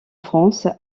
france